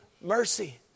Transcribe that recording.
mercy